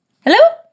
hello